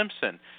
simpson